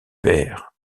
père